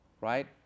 right